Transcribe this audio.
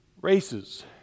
races